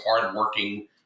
hardworking